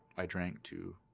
i drank to,